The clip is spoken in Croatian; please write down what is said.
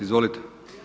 Izvolite.